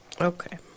Okay